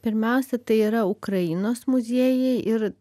pirmiausia tai yra ukrainos muziejai ir